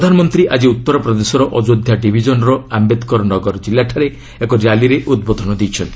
ପ୍ରଧାନମନ୍ତ୍ରୀ ଆଜି ଉତ୍ତର ପ୍ରଦେଶର ଅଯୋଧ୍ୟା ଡିଭିଜନ୍ର ଆମ୍ଭେଦକର ନଗର ଜିଲ୍ଲାଠାରେ ଏକ ର୍ୟାଲିରେ ଉଦ୍ବୋଧନ ଦେଇଛନ୍ତି